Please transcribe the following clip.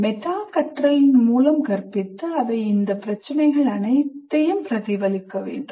meta கற்றலின் மூலம் கற்பித்து அவை இந்த பிரச்சினைகள் அனைத்தையும் பிரதிபலிக்க வேண்டும்